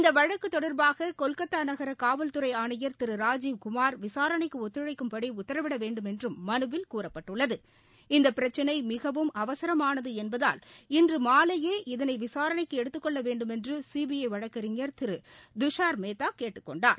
இந்த வழக்கு தொடர்பாக கொல்கத்தா நகர காவல்துறை ஆணையர் திரு ராஜீவ் குமார் விசாரணைக்கு ஒத்துழைக்கும்படி உத்தரவிட வேண்டுமென்றும் மனுவில் கூறப்பட்டுள்ளது இந்த பிரச்சினை மிகவும் அவசரமானது என்பதால் இன்று மாலையே இதனை விசாரணைக்கு எடுத்துக் கொள்ள வேண்டுமென்று சீபிஐ வழக்கறிஞர் திரு துஷார் மேத்தா கேட்டுக் கொண்டார்